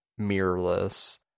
mirrorless